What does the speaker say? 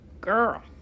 Girl